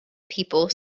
people